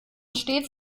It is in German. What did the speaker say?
stets